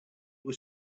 was